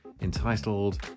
entitled